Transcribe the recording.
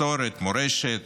מסורת, מורשת,